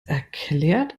erklärt